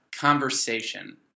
conversation